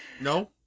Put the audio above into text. No